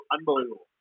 unbelievable